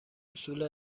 حصول